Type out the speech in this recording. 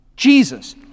Jesus